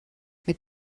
mit